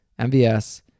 MVS